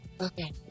Okay